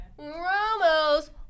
Ramos